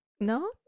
No